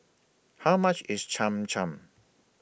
How much IS Cham Cham